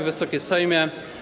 Wysoki Sejmie!